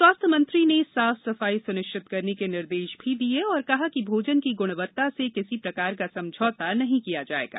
स्वास्थ्य मंत्री ने साफसफाई सुनिश्चित करने के निर्देश भी दिये और कहा कि भोजन की गुणवत्ता से किसी प्रकार का समझौता नहीं किया जायेगा